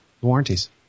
warranties